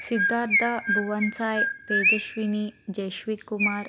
Siddhartha Bhuvansai Tejaswini Jeswik Kumar